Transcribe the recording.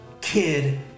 kid